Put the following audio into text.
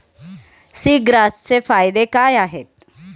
सीग्रासचे फायदे काय आहेत?